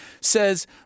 says